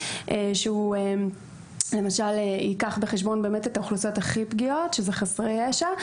שהוא למשל ייקח בחשבון את האוכלוסיות הכי פגיעות שאלה חסרי הישע.